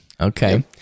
Okay